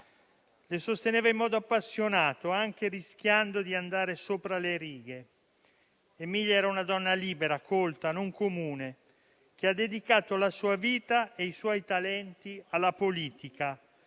che sosteneva in modo appassionato, anche rischiando di andare sopra le righe. Emilia era una donna libera, colta, non comune, che ha dedicato la sua vita e i suoi talenti alla politica,